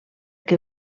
que